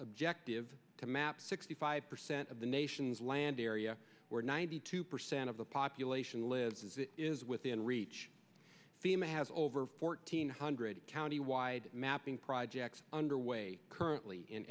objective to map sixty five percent of the nation's land area where ninety two percent of the population lives is within reach fema has over fourteen hundred countywide mapping project underway currently in